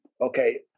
okay